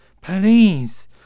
Please